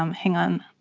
um hang on.